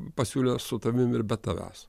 pasiūlė su tavim ir be tavęs